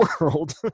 world